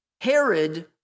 Herod